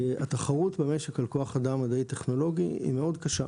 התחרות במשק על כוח אדם מדעי טכנולוגי היא מאוד קשה.